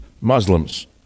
Muslims